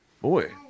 boy